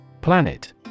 Planet